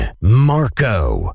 Marco